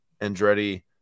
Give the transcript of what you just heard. Andretti